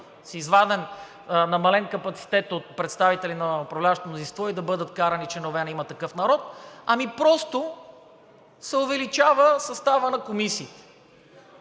да бъдат с намален капацитет от представители на управляващото мнозинство и да бъдат вкарани членове на „Има такъв народ“, ами просто се увеличава съставът на комисии